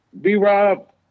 B-Rob